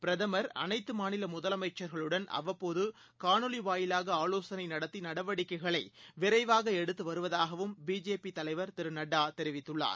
பிரதமர் அனைத்துமாநிலமுதலமைச்சர்களுடன் அவ்வப்போதுகாணொலிவாயிலாகஆலோசனைநடத்திநடவடிக்கைகளைவிரைவாகஎடுத்துவருவதாகவும் பிஜேபிதலைவர் திருநட்டாதெரிவித்துள்ளார்